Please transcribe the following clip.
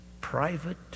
private